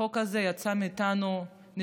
החוק הזה הוציא לנו את הנשמה,